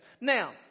Now